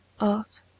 art